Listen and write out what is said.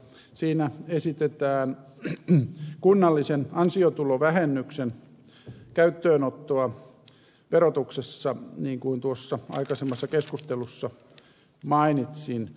siinä esitetään kunnallisen ansiotulovähennyksen käyttöönottoa verotuksessa niin kuin tuossa aikaisemmassa keskustelussa mainitsin